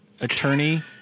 attorney